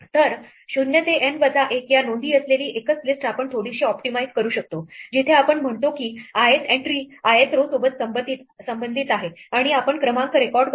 तर 0 ते N वजा 1 या नोंदी असलेली एकच लिस्ट आपण थोडीशी ऑप्टिमाइझ करू शकतो जिथे आपण म्हणतो की ith एंट्री ith row सोबत संबंधित आहे आणि आपण क्रमांक रेकॉर्ड करतो